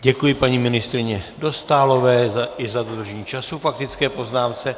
Děkuji paní ministryni Dostálové i za dodržení času k faktické poznámce.